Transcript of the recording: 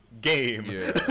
game